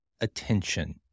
attention